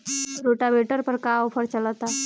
Rotavator पर का offer चलता?